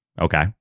Okay